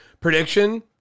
prediction